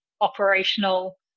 operational